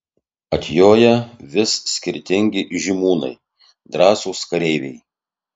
atjoja vis skirtingi žymūnai drąsūs kareiviai